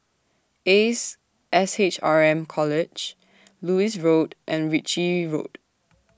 Ace S H R M College Lewis Road and Ritchie Road